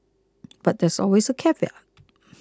but there's always a caveat